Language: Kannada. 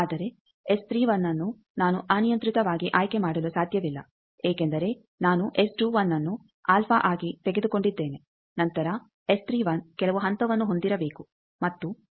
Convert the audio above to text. ಆದರೆ ಅನ್ನು ನಾನು ಅನಿಯಂತ್ರಿತವಾಗಿ ಆಯ್ಕೆಮಾಡಲು ಸಾಧ್ಯವಿಲ್ಲ ಏಕೆಂದರೆ ನಾನು ಅನ್ನು ಅಲ್ಫಾ ಆಗಿ ತೆಗೆದುಕೊಂಡಿದ್ದೇನೆ ನಂತರ ಕೆಲವು ಹಂತವನ್ನು ಹೊಂದಿರಬೇಕು ಮತ್ತು ಗಿಂತ ಭಿನ್ನವಾಗಿರುತ್ತದೆ